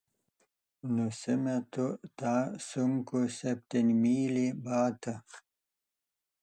nusimetu tą sunkų septynmylį batą